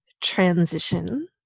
transition